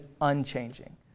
unchanging